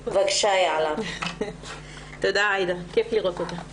תודה, עאידה, כיף לראות אותך פה.